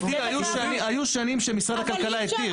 גברתי, היו שנים שמשרד הכלכלה התיר.